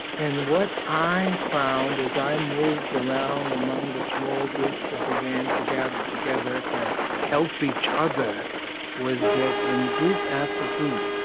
and what i found as i moved around among the small groups that began to gather together to help each other was that, in group after group,